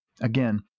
again